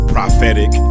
Prophetic